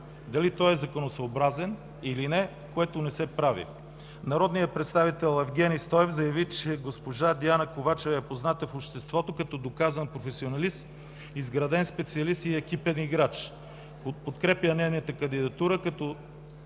дали той е законосъобразен или не, което не се прави. Народният представител Евгени Стоев заяви, че госпожа Диана Ковачева е позната в обществото като доказан професионалист, изграден специалист и екипен играч. Подкрепя нейната кандидатура, като